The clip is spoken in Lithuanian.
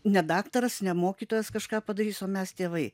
ne daktaras ne mokytojas kažką padarys o mes tėvai